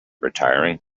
retiring